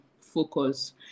focus